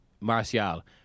Martial